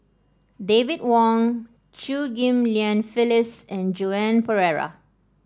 David Wong Chew Ghim Lian Phyllis and Joan Pereira